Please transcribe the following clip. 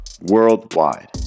worldwide